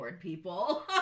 People